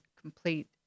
complete